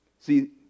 See